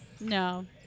No